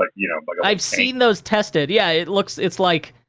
like you know but i've seen those tested. yeah, it looks, it's like,